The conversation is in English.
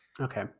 Okay